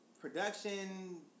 production